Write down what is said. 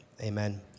Amen